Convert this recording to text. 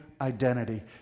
identity